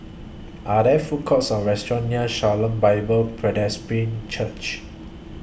Are There Food Courts Or restaurants near Shalom Bible Presbyterian Church